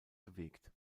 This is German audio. bewegt